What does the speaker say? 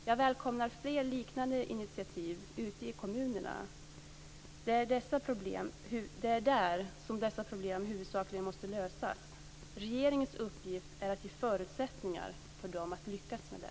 Jag välkomnar fler liknande initiativ ute i kommunerna. Det är där dessa problem huvudsakligen måste lösas. Regeringens uppgift är att ge förutsättningar för dem att lyckas med det.